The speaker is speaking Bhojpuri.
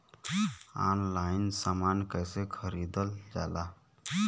ऑनलाइन समान कैसे खरीदल जाला?